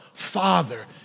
Father